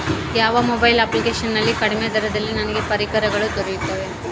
ಯಾವ mobile application ನಲ್ಲಿ ಕಡಿಮೆ ದರದಲ್ಲಿ ನನಗೆ ಪರಿಕರಗಳು ದೊರೆಯುತ್ತವೆ?